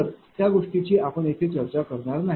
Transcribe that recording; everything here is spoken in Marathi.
तर त्या गोष्टीची आपण येथे चर्चा करणार नाही